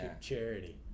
Charity